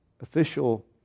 official